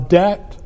debt